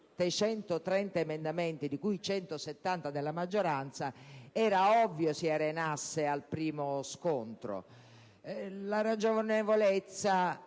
La ragionevolezza